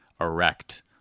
erect